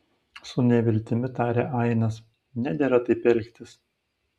su neviltimi tarė ainas nedera taip elgtis